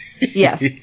Yes